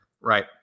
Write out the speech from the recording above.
right